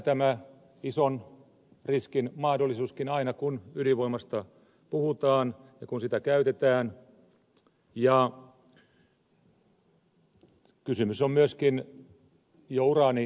tämä ison riskin mahdollisuuskin on läsnä aina kun ydinvoimasta puhutaan ja kun sitä käytetään ja kysymys on myöskin jo uraanilouhoksista